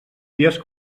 dies